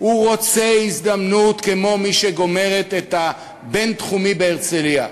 הוא רוצה הזדמנות כמו מי שגומרת את הבין-תחומי בהרצליה,